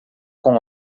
com